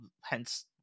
hence